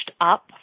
up